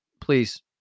please